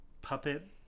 puppet